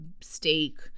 steak